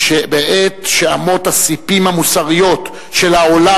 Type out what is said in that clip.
שבעת שאמות הספים המוסריות של העולם